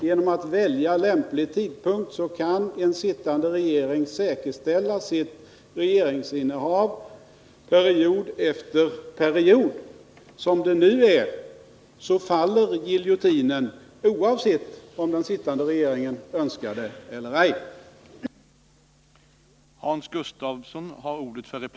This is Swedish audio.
Genom att välja lämplig tidpunkt kan en sittande regering säkerställa sitt regeringsinnehav period efter period. Som det nu är faller giljotinen vare sig den sittande regeringen önskar det eller ej.